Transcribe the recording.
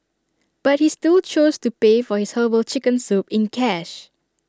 but he still chose to pay for his Herbal Chicken Soup in cash